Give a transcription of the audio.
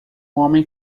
homem